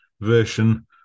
version